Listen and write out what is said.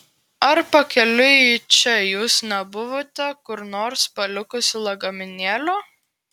ar pakeliui į čia jūs nebuvote kur nors palikusi lagaminėlio